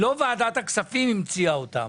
לא ועדת הכספים המציאה אותם.